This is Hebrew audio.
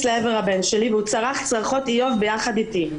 לעבר הבן שלי והוא צרח צרחות איוב ביחד איתי.